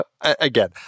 again